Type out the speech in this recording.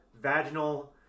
vaginal